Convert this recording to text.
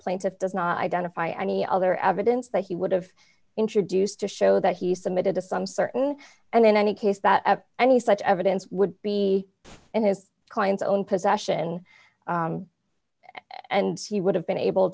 plaintiff does not identify any other evidence that he would have introduced to show that he submitted to some certain and in any case that any such evidence would be in his client's own possession and he would have been able